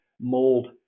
mold